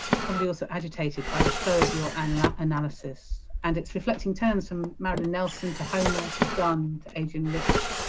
probably also agitated by the flow of your and analysis and it's reflecting turns from marilyn nelson to homer to donne to adrienne rich,